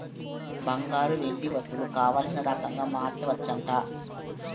బంగారు, వెండి వస్తువులు కావల్సిన రకంగా మార్చచ్చట